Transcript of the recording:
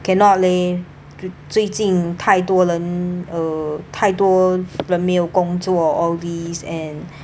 cannot leh 最近太多人 uh 太多人没有工作 all these and